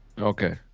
okay